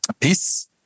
peace